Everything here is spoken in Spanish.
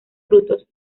frutos